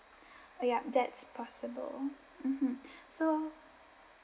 uh yup that's possible mmhmm so